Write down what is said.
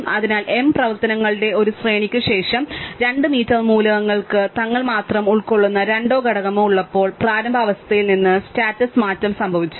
അതിനാൽ m പ്രവർത്തനങ്ങളുടെ ഒരു ശ്രേണിക്ക് ശേഷം 2 മീറ്റർ മൂലകങ്ങൾക്ക് തങ്ങൾ മാത്രം ഉൾക്കൊള്ളുന്ന രണ്ടോ ഘടകമോ ഉള്ളപ്പോൾ പ്രാരംഭ അവസ്ഥയിൽ നിന്ന് സ്റ്റാറ്റസ് മാറ്റം സംഭവിച്ചു